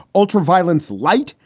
ultraviolence light,